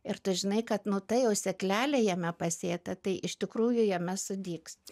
ir tu žinai kad nu ta jau sėklelė jame pasėta tai iš tikrųjų jame sudygs